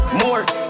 more